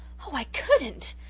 oh, i couldn't,